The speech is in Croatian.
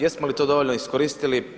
Jesmo li to dovoljno iskoristili?